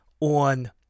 On